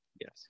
Yes